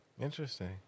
Interesting